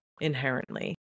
inherently